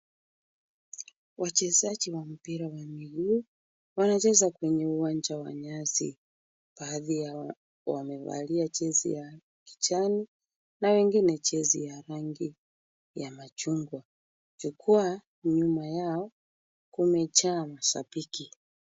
Wachezaji wa mpira wa miguu wanacheza kwenye uwanja wa nyasi. Baadhi wamevalia jezi za kijani na wengine jezi ya rangi ya machungwa. Jukwaa nyuma yao kumejaa mashabiki.